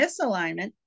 misalignment